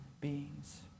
beings